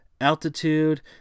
altitude